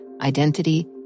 identity